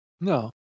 No